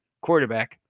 quarterback